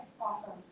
Awesome